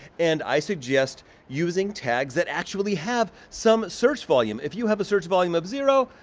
and i suggest using tags that actually have some search volume. if you have a search volume of zero,